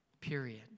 Period